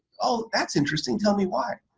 oh, that's interesting. tell me why.